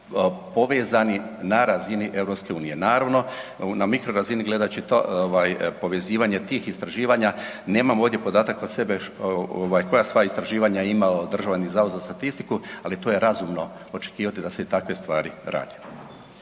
povezani na razini EU. Naravno, na mikrorazini gledat će to, povezivanje tih istraživanja, nemam ovdje podatak kod sebe, koja sva istraživanja ima Državni zavod za statistiku, ali to je razumno očekivati da se takve stvari rade.